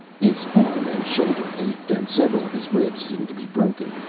his arm and shoulder ached, and several of his ribs seemed to be broken.